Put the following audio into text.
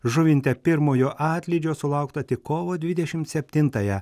žuvinte pirmojo atlydžio sulaukta tik kovo dvidešimt septintąją